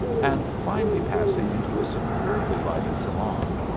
and finally passed into a superbly lighted salon,